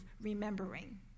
remembering